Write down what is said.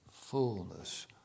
fullness